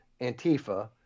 Antifa